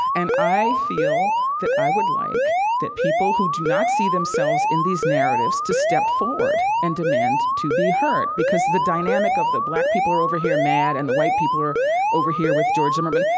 and i feel that i would like that people who do not see themselves in these narratives to step forward and demand to be heard. because the dynamic of the black people are over here, mad, and the white people are over here with george zimmerman,